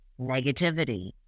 negativity